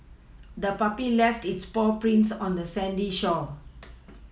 the puppy left its paw prints on the sandy shore